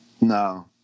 No